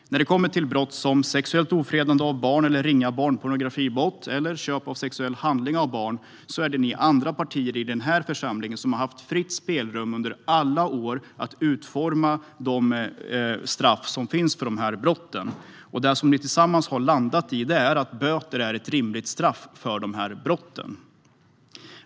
När det kommer till brott som sexuellt ofredande av barn, ringa barnpornografibrott eller köp av sexuell handling av barn är det ni andra partier i denna församling som under alla år har haft fritt spelrum att utforma straffen för dessa brott. Det som ni tillsammans har landat i är att böter är ett rimligt straff för de brotten.